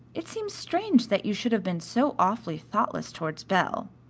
it seems strange that you should have been so awfully thoughtless towards belle.